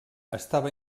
estava